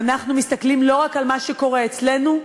אנחנו מסתכלים לא רק על מה שקורה אצלנו,